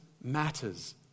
matters